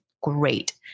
great